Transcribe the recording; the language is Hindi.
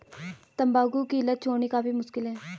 तंबाकू की लत छोड़नी काफी मुश्किल है